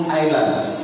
islands